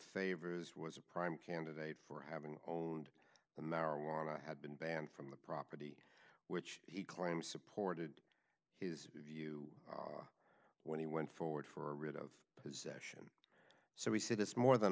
favors was a prime candidate for having owned the marijuana had been banned from the property which he claims supported his view when he went forward for rid of possession so he said this more than